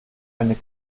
eine